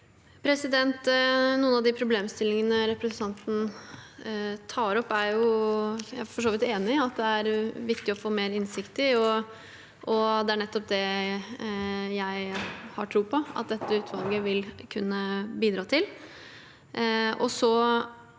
Noen av de pro- blemstillingene representanten tar opp, er jeg for så vidt enig i at det er viktig å få mer innsikt i. Det er nettopp det jeg har tro på at dette utvalget vil kunne bidra til.